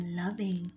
loving